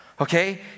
okay